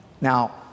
Now